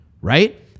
right